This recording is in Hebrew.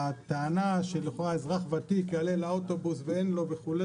והטענה שלכאורה אזרח ותיק יעלה לאוטובוס ואין לו וכו',